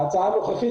בהצעה הנוכחית,